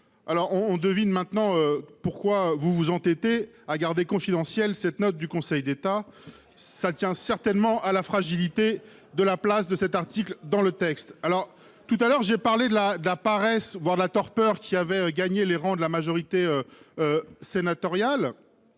assemblée ? Je comprends pourquoi vous vous entêtez à garder confidentielle la note du Conseil d'État : cela tient certainement à la fragilité de la place de cet article dans le texte ... J'ai parlé tout à l'heure de la paresse, voire de la torpeur qui avait gagné les rangs de la majorité sénatoriale.